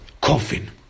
coffin